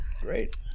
Great